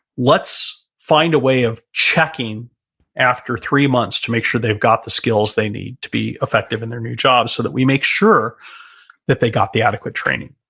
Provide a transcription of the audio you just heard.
let's find a way of checking after three months to make sure they've got the skills they need to be effective in their new jobs, so that we make sure that they got the adequate training.